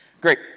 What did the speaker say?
Great